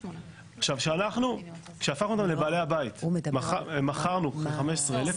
כשהפכנו אותם לבעלי הבית, מכרנו 15,000,